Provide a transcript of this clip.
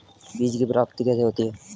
बीज की प्राप्ति कैसे होती है?